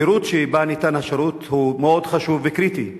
המהירות שבה ניתן השירות היא מאוד חשובה וקריטית,